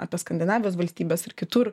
apie skandinavijos valstybes ir kitur